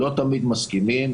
לא תמיד מסכימים.